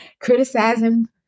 Criticizing